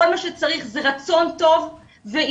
כל מה שצריך זה רצון טוב ויצירתיות.